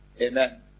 Amen